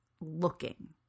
looking